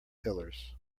pillars